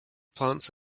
plants